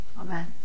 Amen